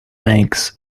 makes